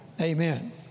Amen